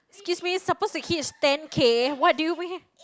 excuse me supposed to hitch ten K what did you bring